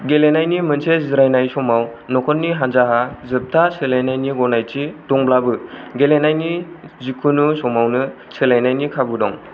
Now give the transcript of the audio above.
गेलेनायनि मोनसे जिरायनाय समाव नखरनि हान्जाहा जोब्था सोलायनायनि गनायथि दंब्लाबो गेलेनायनि जिखुनु समावनो सोलायनायनि खाबु दं